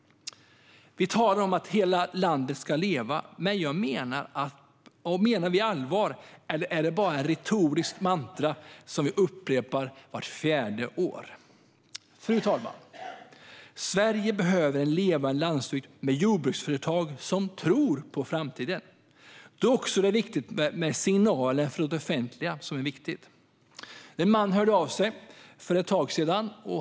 Vi talar om att hela landet ska leva. Menar vi allvar, eller är det bara ett retoriskt mantra som vi upprepar vart fjärde år? Fru talman! Sverige behöver en levande landsbygd med jordbruksföretag som tror på framtiden. Då är det viktigt med signaler från det offentliga. En man hörde av sig till mig för ett tag sedan.